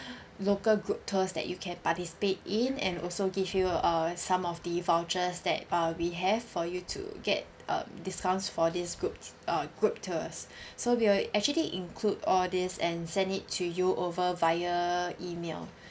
local group tours that you can participate in and also give you uh some of the vouchers that uh we have for you to get um discounts for this group uh group tours so we will actually include all these and send it to you over via email